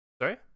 Sorry